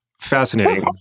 fascinating